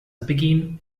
begin